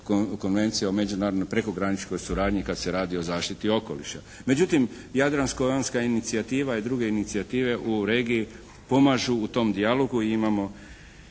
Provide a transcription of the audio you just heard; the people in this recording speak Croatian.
Konvencije o međunarodnoj prekograničnoj suradnji kad se radi o zaštiti okoliša. Međutim, jadransko-jonska inicijativa i druge inicijative u regiji pomažu u tom dijalogu i imamo